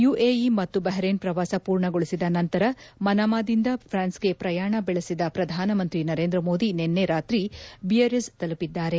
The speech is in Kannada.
ಯುಎಇ ಮತ್ತು ಬಹರೇನ್ ಪ್ರವಾಸ ಪೂರ್ಣಗೊಳಿಸಿದ ನಂತರ ಮನಾಮಾದಿಂದ ಫ್ರಾನ್ಸ್ ಗೆ ಪ್ರಯಾಣ ಬೆಳೆಸಿದ ಪ್ರಧಾನಮಂತ್ರಿ ನರೇಂದ್ರ ಮೋದಿ ನಿನ್ನೆ ರಾತ್ರಿ ಬಿಯರಿಝ್ ತೆಲುಪಿದ್ದಾರೆ